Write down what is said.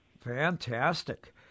Fantastic